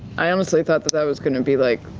i honestly thought that that was going to be, like,